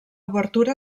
obertura